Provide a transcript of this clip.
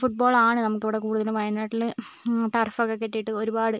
ഫുട്ബോളാണ് നമുക്കിവിടെ കൂടുതലും വയനാട്ടിൽ ടർഫൊക്കെ കെട്ടിയിട്ട് ഒരുപാട്